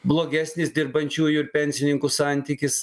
blogesnis dirbančiųjų ir pensininkų santykis